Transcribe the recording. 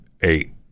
eight